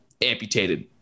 amputated